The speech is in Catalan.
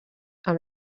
amb